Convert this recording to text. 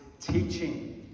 teaching